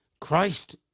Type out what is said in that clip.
Christ